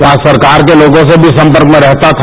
वहां सरकार के लोगों से भी सम्पर्क में रहता था